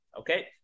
okay